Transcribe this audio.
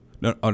No